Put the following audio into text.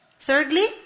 Thirdly